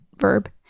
verb